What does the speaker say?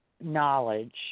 knowledge